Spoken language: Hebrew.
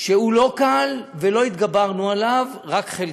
שהוא לא קל ולא התגברנו עליו, רק חלקית,